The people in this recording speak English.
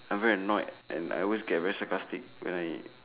I'm very annoyed and I always get very sarcastic when I